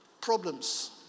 problems